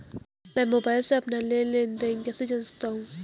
मैं मोबाइल से अपना लेन लेन देन कैसे जान सकता हूँ?